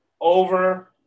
over